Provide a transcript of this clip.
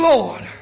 Lord